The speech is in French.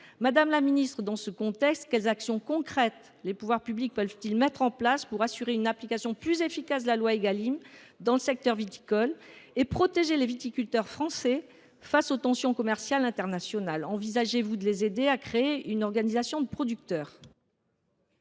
Madame la ministre, dans ce contexte, quelles actions concrètes les pouvoirs publics peuvent ils mettre en place pour assurer une application plus efficace de la loi Égalim dans le secteur viticole et protéger les viticulteurs français face aux tensions commerciales internationales ? Envisagez vous de les aider à créer une organisation de producteurs ?